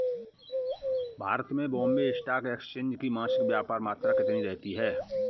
भारत में Bombay stock exchange की मासिक व्यापार मात्रा कितनी रहती है?